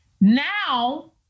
Now